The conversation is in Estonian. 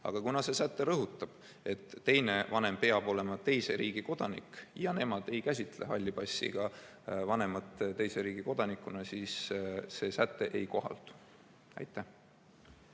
Aga kuna see säte rõhutab, et teine vanem peab olema teise riigi kodanik, ja nemad ei käsita halli passiga vanemat teise riigi kodanikuna, siis see säte ei kohaldu. Aitäh,